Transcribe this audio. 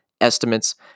estimates